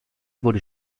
wurde